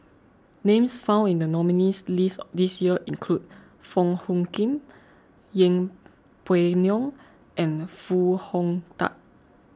names found in the nominees' list this year include Wong Hung Khim Yeng Pway Ngon and Foo Hong Tatt